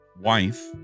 wife